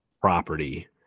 property